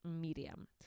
medium